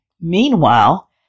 Meanwhile